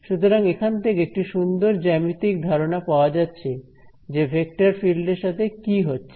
সুতরাং এখান থেকে একটি সুন্দর জ্যামিতিক ধারণা পাওয়া যাচ্ছে যে ভেক্টর ফিল্ড এর সাথে কি হচ্ছে